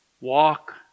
walk